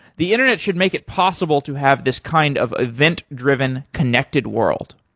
the internet should make it possible to have this kind of event-driven connected world.